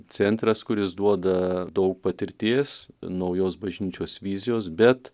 centras kuris duoda daug patirties naujos bažnyčios vizijos bet